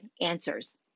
answers